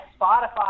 Spotify